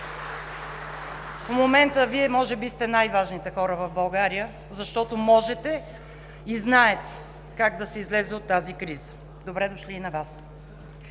В момента Вие може би сте най-важните хора в България, защото можете и знаете как да се излезе от тази криза. Добре дошли и на Вас!